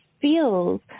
feels